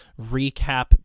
recap